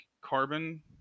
carbon